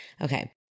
Okay